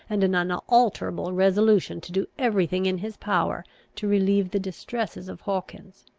and an unalterable resolution to do every thing in his power to relieve the distresses of hawkins.